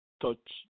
touch